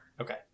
Okay